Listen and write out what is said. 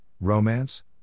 romance